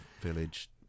Village